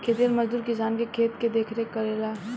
खेतिहर मजदूर किसान के खेत के देखरेख करेला